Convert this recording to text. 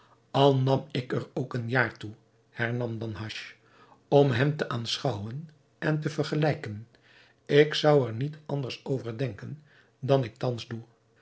al nam ik er ook een jaar toe hernam danhasch om hen te aanschouwen en te vergelijken ik zou er niet anders over denken dan ik thans doe